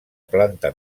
planta